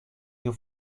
you